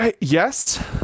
Yes